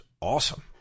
Awesome